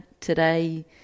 Today